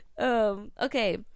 okay